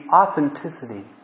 authenticity